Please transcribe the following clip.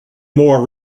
more